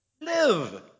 live